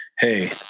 hey